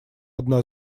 одна